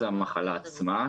המחלה עצמה,